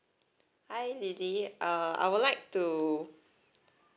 hi lily uh I would like to